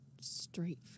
straight